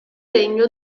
regno